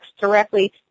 directly